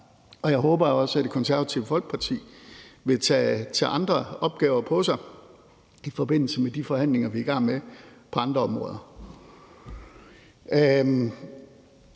og jeg håber også, at Det Konservative Folkeparti vil tage andre opgaver på sig i forbindelse med de forhandlinger, vi er i gang med, på andre områder.